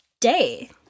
day